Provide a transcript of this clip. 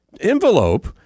envelope